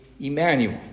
Emmanuel